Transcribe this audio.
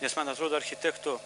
nes man atrodo architektų